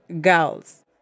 girls